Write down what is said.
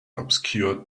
obscure